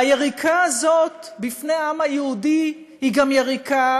והיריקה הזאת בפני העם היהודי היא גם יריקה